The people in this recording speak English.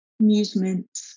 Amusement